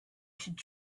should